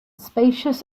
spacious